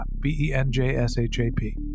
B-E-N-J-S-H-A-P